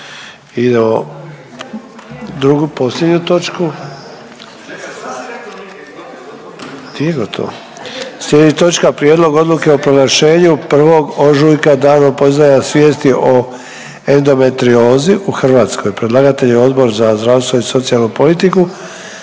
Idemo drugu posljednju točku, nije gotovo. Slijedi točka: -Prijedlog odluke o proglašenju 1. ožujka „Danom podizanja svijesti o endometriozi u Hrvatskoj“. Predlagatelj je Odbor za zdravstvo i socijalnu politiku,